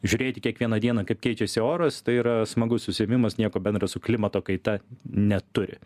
žiūrėti kiekvieną dieną kaip keičiasi oras tai yra smagus užsiėmimas nieko bendra su klimato kaita neturi